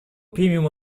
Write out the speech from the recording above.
примем